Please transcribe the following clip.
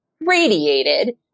radiated